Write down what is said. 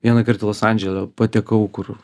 vieną kartą los andžele patekau kur